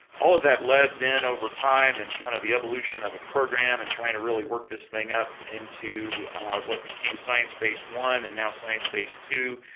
all of that led then over time and kind of the evolution of a program and trying to really work this thing out into what became sciencebase one and now sciencebase two.